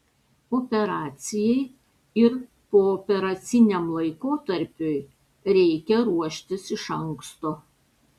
operacijai ir pooperaciniam laikotarpiui reikia ruoštis iš anksto